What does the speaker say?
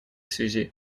связи